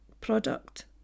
product